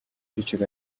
хишиг